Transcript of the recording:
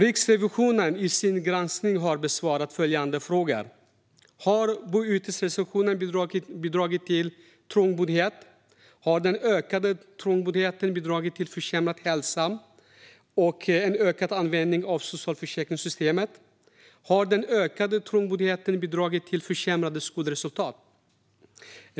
Riksrevisionen har i sin granskning besvarat följande frågor: Har boyterestriktionen bidragit till trångboddhet? Har den ökade trångboddheten bidragit till försämrad hälsa och en ökad användning av socialförsäkringssystemet? Har den ökade trångboddheten bidragit till försämrade skolresultat?